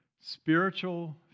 Spiritual